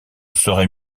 serait